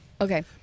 okay